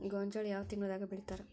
ಗೋಂಜಾಳ ಯಾವ ತಿಂಗಳದಾಗ್ ಬೆಳಿತಾರ?